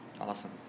awesome